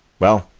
well,